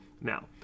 now